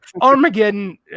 Armageddon